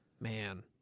Man